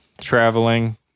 traveling